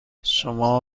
شما